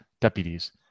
deputies